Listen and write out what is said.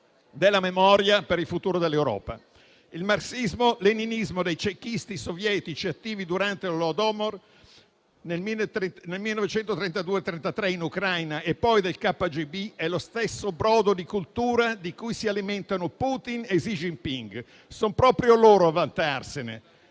della memoria per il futuro dell'Europa. Il marxismo-leninismo dei cekisti sovietici, attivi durante l'Holodomor nel 1932-33 in Ucraina, e poi del KGB è lo stesso brodo di cultura di cui si alimentano Putin e Xi Jinping; sono proprio loro a vantarsene.